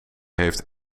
heeft